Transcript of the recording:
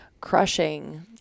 crushing